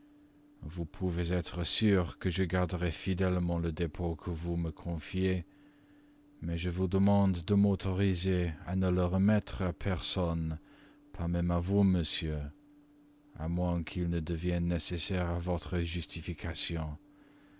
vous pouvez être sûr que je garderai fidèlement le dépôt que vous me confiez mais je vous demande de m'autoriser à ne le remettre à personne pas même à vous monsieur à moins qu'il ne devienne nécessaire à votre justification